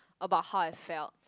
about how I felt